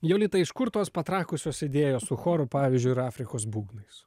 jolita iš kur tos patrakusios idėjos su choru pavyzdžiui ir afrikos būgnais